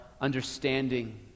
understanding